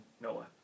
Noah